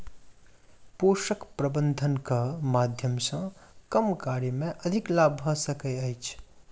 पोषक प्रबंधनक माध्यम सॅ कम कार्य मे अधिक लाभ भ सकै छै